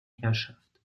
herrschaft